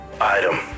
Item